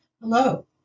Hello